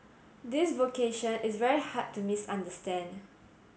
this vocation is very hard to misunderstand